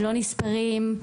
לא נספרים,